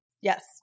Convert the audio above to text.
Yes